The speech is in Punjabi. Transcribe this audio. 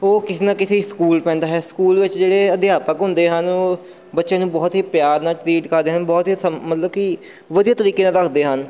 ਉਹ ਕਿਸੇ ਨਾ ਕਿਸੇ ਸਕੂਲ ਪੈਂਦਾ ਹੈ ਸਕੂਲ ਵਿੱਚ ਜਿਹੜੇ ਅਧਿਆਪਕ ਹੁੰਦੇ ਹਨ ਉਹ ਬੱਚੇ ਨੂੰ ਬਹੁਤ ਹੀ ਪਿਆਰ ਨਾਲ ਟਰੀਟ ਕਰਦੇ ਹਨ ਬਹੁਤ ਹੀ ਸ ਮਤਲਬ ਕਿ ਵਧੀਆ ਤਰੀਕੇ ਨਾਲ ਰੱਖਦੇ ਹਨ